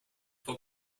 for